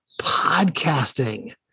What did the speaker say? podcasting